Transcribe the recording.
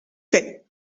fait